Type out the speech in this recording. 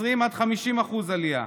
20% 50% עלייה,